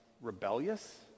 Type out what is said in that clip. rebellious